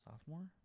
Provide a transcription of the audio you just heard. sophomore